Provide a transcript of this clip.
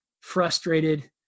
frustrated